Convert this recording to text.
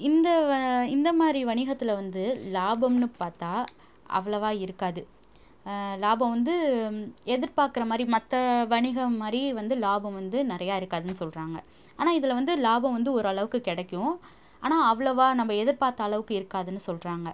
இந்த இந்த மாதிரி வணிகத்தில் வந்து லாபம்னு பார்த்தா அவ்வளவா இருக்காது லாபோம் வந்து எதிர்பார்க்குற மாதிரி மற்ற வணிகம் மாதிரி வந்து லாபம் வந்து நிறைய இருக்காதுனு சொல்கிறாங்க ஆனால் இதில் வந்து லாபோம் வந்து ஒரளவுக்கு கிடைக்கும் ஆனால் அவ்வளவா நம்ம எதிர்பார்த்த அளவுக்கு இருக்காதுனு சொல்கிறாங்க